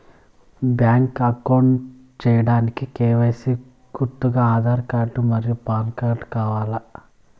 Bank account సేయడానికి KYC కి గుర్తుగా ఆధార్ కార్డ్ మరియు పాన్ కార్డ్ కావాలా?